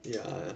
ya